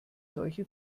solche